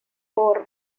por